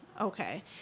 Okay